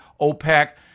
OPEC